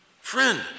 friend